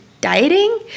dieting